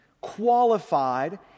qualified